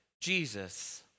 Jesus